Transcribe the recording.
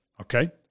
Okay